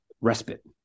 respite